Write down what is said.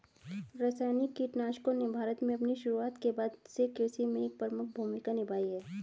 रासायनिक कीटनाशकों ने भारत में अपनी शुरुआत के बाद से कृषि में एक प्रमुख भूमिका निभाई है